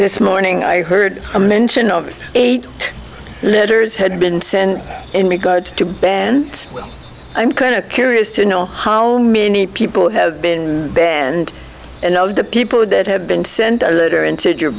this morning i heard a mention of eight letters had been sent in regards to ben i'm kind of curious to know how many people have been banned and all of the people that have been sent a letter in to your